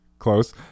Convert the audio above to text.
close